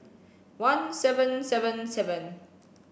one seven seven seven